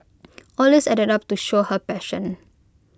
all these added up to show her passion